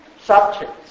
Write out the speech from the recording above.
subjects